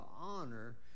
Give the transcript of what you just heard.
honor